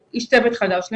או איש צוות חדש ומיומן,